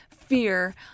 fear